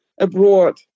abroad